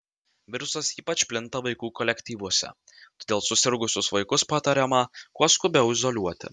virusas ypač plinta vaikų kolektyvuose todėl susirgusius vaikus patariama kuo skubiau izoliuoti